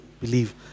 believe